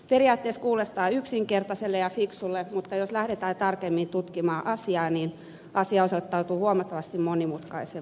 periaatteessa asia kuulostaa yksinkertaiselta ja fiksulta mutta jos lähdetään tarkemmin tutkimaan asiaa se osoittautuu huomattavasti monimutkaisemmaksi